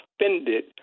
offended